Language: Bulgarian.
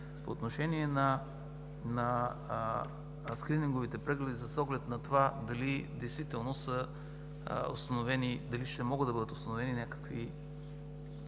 По отношение на скрининговите прегледи с оглед на това дали действително ще могат да бъдат установени някакви